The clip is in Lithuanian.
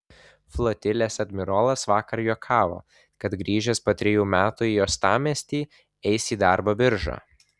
flotilės admirolas vakar juokavo kad grįžęs po trejų metų į uostamiestį eis į darbo biržą